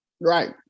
right